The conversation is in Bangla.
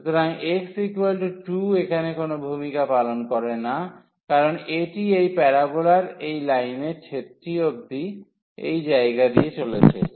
সুতরাং x 2 এখানে কোনও ভূমিকা পালন করে না কারণ এটি এই প্যারাবোলার এই লাইনের ছেদটি অবধি এই জায়গা দিয়ে চলেছে